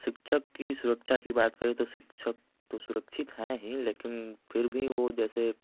शिक्षक की सुरक्षा की बात करें तो शिक्षक तो सुरक्षित हैं ही लेकिन फिर भी वो जैसे